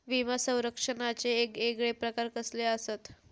विमा सौरक्षणाचे येगयेगळे प्रकार कसले आसत?